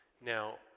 Now